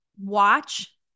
watch